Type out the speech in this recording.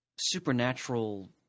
supernatural